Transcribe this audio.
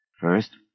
First